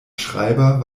schreiber